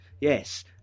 yes